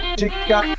chica